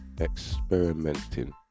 experimenting